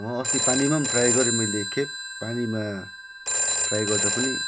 अस्ति पानीमा ट्राई गरेँ मैले एक खेप पानीमा ट्राई गर्दा पनि